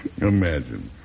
Imagine